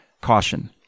Caution